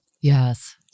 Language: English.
Yes